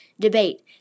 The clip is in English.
debate